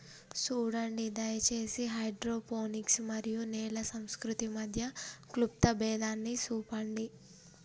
సూడండి దయచేసి హైడ్రోపోనిక్స్ మరియు నేల సంస్కృతి మధ్య క్లుప్త భేదాన్ని సూపండి